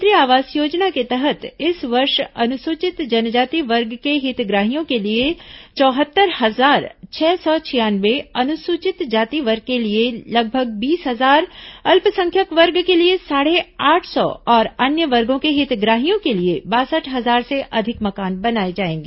प्रधानमंत्री आवास योजना के तहत इस वर्ष अनुसूचित जनजाति वर्ग के हितग्राहियों के लिए चौहत्तर हजार छह सौ छियानवे अनुसूचित जाति वर्ग के लिए लगभग बीस हजार अल्पसंख्यक वर्ग के लिए साढ़े आठ सौ और अन्य वर्गों के हितग्राहियों के लिए बासठ हजार से अधिक मकान बनाए जाएंगे